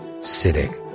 sitting